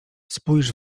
spójrz